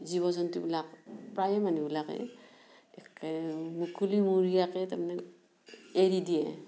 জীৱ জন্তুবিলাক প্ৰায়ে মানুহবিলাকে একে মুকলিমূৰীয়াকৈ তাৰমানে এৰি দিয়ে